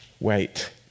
Wait